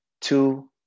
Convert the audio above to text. Two